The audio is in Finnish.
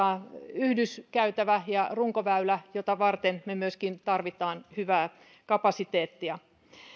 yhdyskäytävä ja runkoväylä mitä varten me myöskin tarvitsemme hyvää kapasiteettia